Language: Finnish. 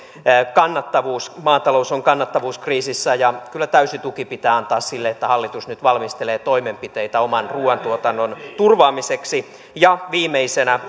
kannattavuus maatalous on kannattavuuskriisissä ja kyllä täysi tuki pitää antaa sille että hallitus nyt valmistelee toimenpiteitä oman ruoantuotannon turvaamiseksi ja viimeisenä